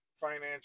financial